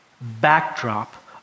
backdrop